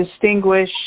distinguish